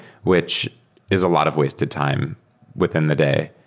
which is a lot of waste of time within the day.